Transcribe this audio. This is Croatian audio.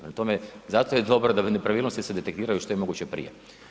Prema tome, zato je dobro da nepravilnosti se detektiraju što je moguće prije.